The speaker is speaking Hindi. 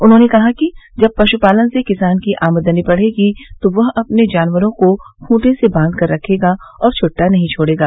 उन्होंने कहा कि जब पश्पालन से किसान की आमदनी बढ़ेगी तो वह अपने जानवरों को खूटे से बांध कर रखेगा और छुट्टा नहीं छोड़ेगा